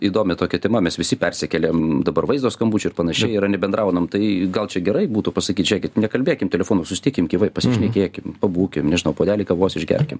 įdomi tokia tema mes visi persikėlėm dabar vaizdo skambučių ir panašiai yra nebendraunam tai gal čia gerai būtų pasakyt žiūrėkit nekalbėkim telefonu susitikim gyvai pasišnekėkim pabūkim nežinau puodelį kavos išgerkim